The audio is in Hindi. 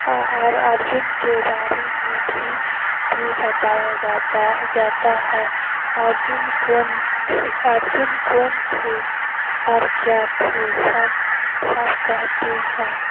और अर्जुन के बारे में भी भी बताया जाता जाता है अर्जुन कौन थे अर्जुन कौन थे और क्या थे सब सब कहते हैं